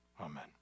amen